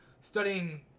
studying